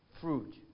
fruit